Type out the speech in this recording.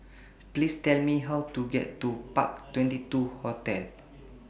Please Tell Me How to get to Park twenty two Hotel